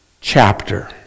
chapter